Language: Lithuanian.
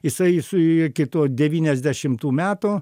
jisai su iki to devyniasdešimtų metų